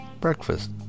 breakfast